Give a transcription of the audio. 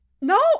no